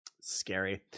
scary